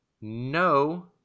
no